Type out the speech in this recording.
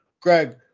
Greg